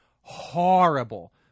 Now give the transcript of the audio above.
horrible